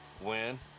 Win